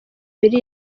biri